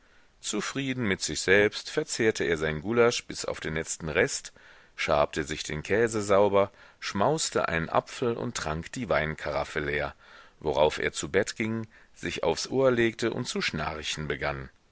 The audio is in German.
zufrieden mit sich selbst verzehrte er sein gulasch bis auf den letzten rest schabte sich den käse sauber schmauste einen apfel und trank die weinkaraffe leer worauf er zu bett ging sich aufs ohr legte und zu schnarchen begann